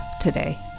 today